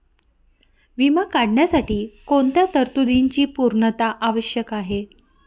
विमा काढण्यासाठी कोणत्या तरतूदींची पूर्णता आवश्यक आहे?